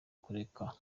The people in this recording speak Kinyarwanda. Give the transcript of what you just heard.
kureka